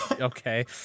okay